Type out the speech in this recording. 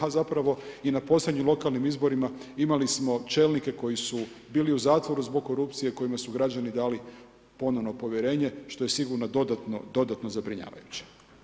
A zapravo na posljednjim lokalnim izborima imali smo čelnike koji su bili u zatvoru zbog korupcije, kojima su građani dali ponovno povjerenje što je sigurno dodatno, dodatno zabrinjavajuće.